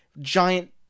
giant